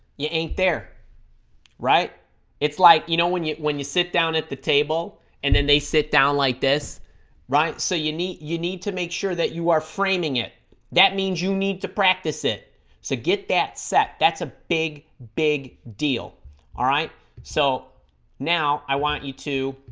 you ain't there right it's like you know when you when you sit down at the table and then they sit down like this right so you need you need to make sure that you are framing it that means you need to practice it so get that set that's a big big deal all right so now i want you to